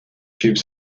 tube